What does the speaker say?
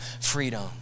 freedom